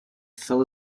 fell